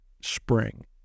spring